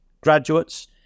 graduates